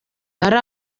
ari